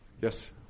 Yes